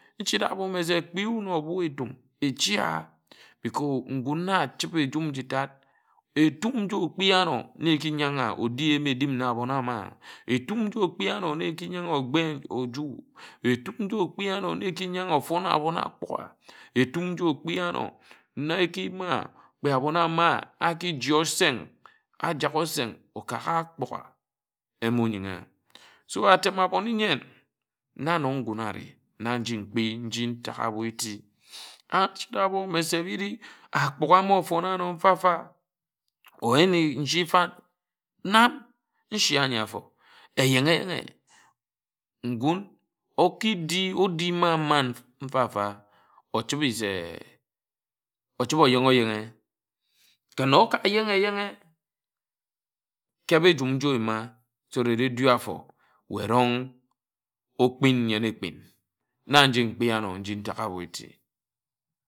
Nchira ábo mme se kpi wún obo-etum echi a because nkún achibe njum nji tad etum nji okpi-a-ánor na eki yaná edi edim na abón ába etum nji okpi anor na eki yanā okpe oju etum nji okpi anor na eki yanā ofon abon̄ ágbughe etum nji okpi ano na eki yima kpe abon ama aki ji oseng ajak oseng oka gha ágbugha emȯ yengha a so atem-abone-nyen na nnon ngun areh na nji mkpi nji ntak abo éti mme se biri ágbughe mma ofón ànor mfa-mfa ōyine nshi fań nam nshi ānyi āfo eyenghe nne ngūn oki di odi mań mań mfa-mfa ochibe se ochibe orenghe oyenghe ken oka yenghe eyenghe keb ejum nji oyima so that edu afo weh erong okpin nyen ekpin na nji mkpi ano nji ntāk ábo eti.